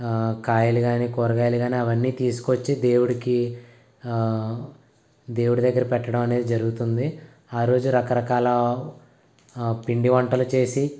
కాయలు గానీ కూరగాయలు గానీ అవన్నీ తీసుకువచ్చి దేవుడికి దేవుడి దగ్గర పెట్టడం అనేది జరుగుతుంది ఆరోజు రకరకాల పిండి వంటలు చేసి